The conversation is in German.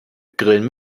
grillen